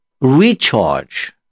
recharge